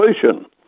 solution